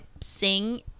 sing